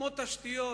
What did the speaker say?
תשתיות